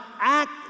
act